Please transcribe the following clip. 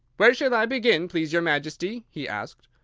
where shall i begin, please your majesty? he asked.